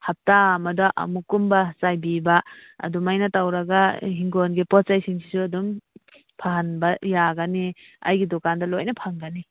ꯍꯞꯇꯥ ꯑꯃꯗ ꯑꯃꯨꯛꯀꯨꯝꯕ ꯆꯥꯏꯕꯤꯕ ꯑꯗꯨꯃꯥꯏꯅ ꯇꯧꯔꯒ ꯍꯤꯡꯒꯣꯟꯒꯤ ꯄꯣꯠ ꯆꯩꯁꯤꯡꯁꯤꯁꯨ ꯑꯗꯨꯝ ꯐꯍꯟꯕ ꯌꯥꯒꯅꯤ ꯑꯩꯒꯤ ꯗꯨꯀꯥꯟꯗ ꯂꯣꯏꯅ ꯐꯪꯒꯅꯤ